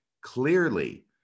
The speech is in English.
clearly